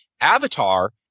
Avatar